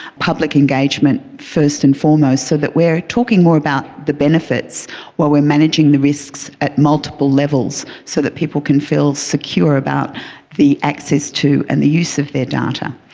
public engagement first and foremost, so that we are talking more about the benefits while we are managing the risks at multiple levels so that people can feel secure about the access to and the use of their data.